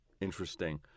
Interesting